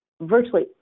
virtually